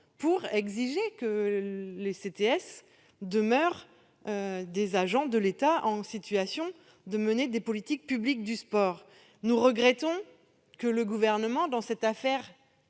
pour exiger que les CTS demeurent des agents de l'État en situation de mener des politiques publiques du sport. Nous regrettons que le Gouvernement, dans cette affaire,